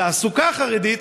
תעסוקה חרדית,